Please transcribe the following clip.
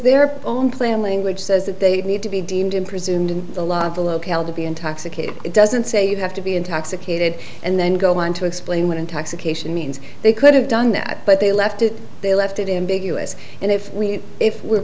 their own plan language says that they need to be deemed in presumed in the law of the locale to be intoxicated it doesn't say you have to be intoxicated and then go on to explain what intoxication means they could have done that but they left it they left it in big us and if we if we're